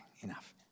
enough